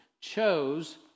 chose